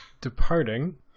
departing